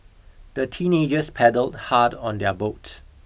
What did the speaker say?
the teenagers paddled hard on their boat